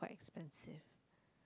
expensive